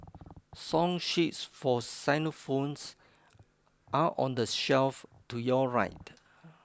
song sheets for xylophones are on the shelf to your right